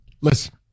Listen